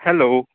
hello